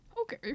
Okay